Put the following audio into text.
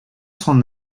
son